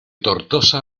tortosa